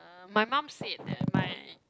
my mum said that my